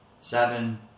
Seven